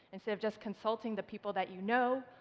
instead of just consulting the people that you know,